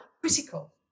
critical